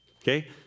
Okay